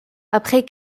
après